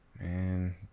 Man